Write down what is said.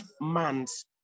months